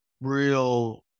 real